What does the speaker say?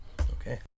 Okay